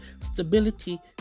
stability